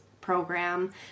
program